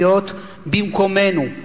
להיות במקומנו.